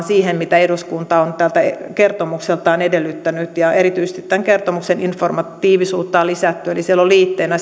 siihen mitä eduskunta on tältä kertomukseltaan edellyttänyt erityisesti kertomuksen informatiivisuutta on lisätty eli siellä on liitteenä